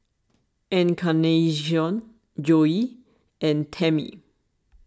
Encarnacion Joey and Tammie